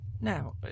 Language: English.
Now